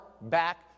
back